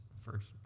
first